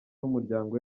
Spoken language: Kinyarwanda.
n’umuryango